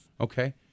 Okay